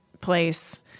place